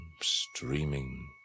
streaming